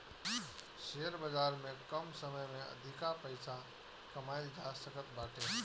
share बाजार में कम समय में अधिका पईसा कमाईल जा सकत बाटे